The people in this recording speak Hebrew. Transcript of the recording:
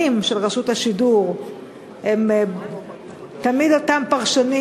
של רשות השידור הם תמיד אותם פרשנים,